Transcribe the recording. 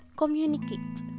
communicate